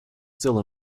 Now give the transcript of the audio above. still